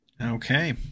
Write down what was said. Okay